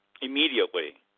immediately